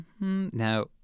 Now